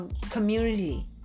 community